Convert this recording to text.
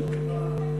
יש